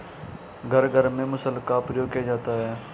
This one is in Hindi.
घर घर में मुसल का प्रयोग किया जाता है